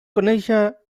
conèixer